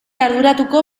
arduratuko